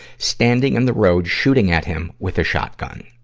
standing in the road, shooting at him with a shotgun.